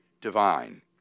divine